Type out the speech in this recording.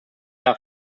jahr